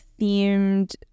themed